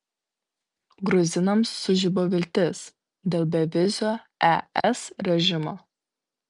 gruzinams sužibo viltis dėl bevizio es režimo